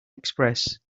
express